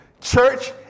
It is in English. Church